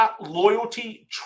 loyalty